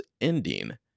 ending